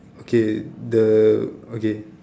okay the okay